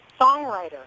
songwriter